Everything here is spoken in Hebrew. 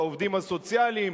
העובדים הסוציאליים,